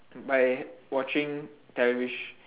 by watching televis~